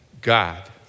God